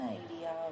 idea